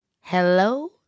Hello